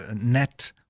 net